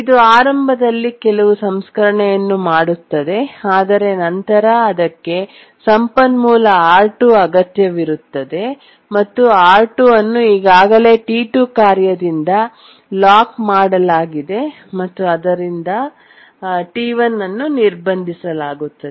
ಇದು ಆರಂಭದಲ್ಲಿ ಕೆಲವು ಸಂಸ್ಕರಣೆಯನ್ನು ಮಾಡುತ್ತದೆ ಆದರೆ ನಂತರ ಅದಕ್ಕೆ ಸಂಪನ್ಮೂಲ R2 ಅಗತ್ಯವಿರುತ್ತದೆ ಮತ್ತು R2 ಅನ್ನು ಈಗಾಗಲೇ T2 ಕಾರ್ಯದಿಂದ ಲಾಕ್ ಮಾಡಲಾಗಿದೆ ಮತ್ತು ಆದ್ದರಿಂದ T1 ಅನ್ನು ನಿರ್ಬಂಧಿಸಲಾಗುತ್ತದೆ